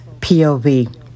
POV